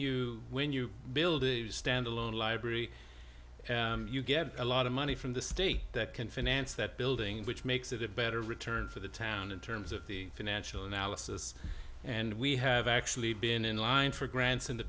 you when you build a standalone library you get a lot of money from the state that can finance that building which makes it a better return for the town in terms of the financial analysis and we have actually been in line for grants in the